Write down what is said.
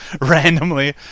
randomly